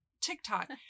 TikTok